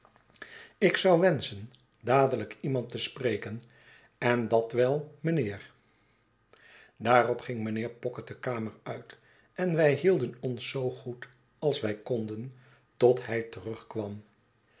ik zou wenschen dadelijk iemand te spreken en dat wel mijnheer daarop ging mynheer pocket de kamer uit en wij hielden ons zoo goed als wij konden tot hij terugkwam